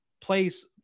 place